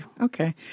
Okay